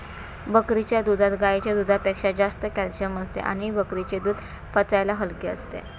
बकरीच्या दुधात गाईच्या दुधापेक्षा जास्त कॅल्शिअम असते आणि बकरीचे दूध पचायला हलके असते